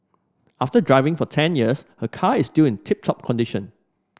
after driving for ten years her car is still in tip top condition